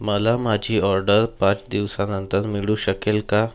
मला माझी ऑर्डर पाच दिवसांनंतर मिळू शकेल का